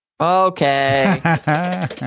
Okay